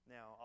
Now